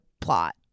plot